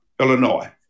Illinois